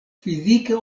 fizika